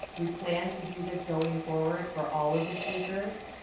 we plan to do this going forward for all of the speakers.